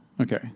Okay